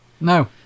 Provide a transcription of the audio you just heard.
No